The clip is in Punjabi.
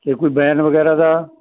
ਇਹ ਕੋਈ ਬੈਨ ਵਗੈਰਾ ਦਾ